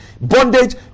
Bondage